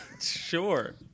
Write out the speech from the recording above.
Sure